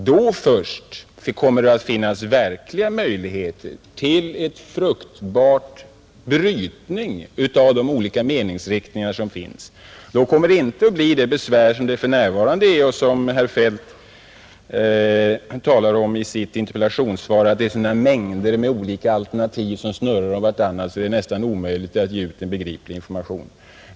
Då först kommer det att finnas verkliga möjligheter till en fruktbar brytning av de olika meningsriktningar som finns. Då kommer inte de svårigheter att föreligga som för närvarande finns och som herr Feldt talade om i sitt interpellationssvar, nämligen att det finns sådana mängder av alternativ som snurrar om varandra att det är nästan omöjligt att ge ut en begriplig information.